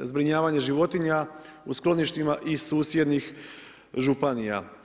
zbrinjavanje životinja u skloništima i susjednih županija.